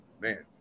Man